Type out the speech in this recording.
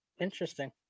Interesting